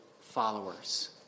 followers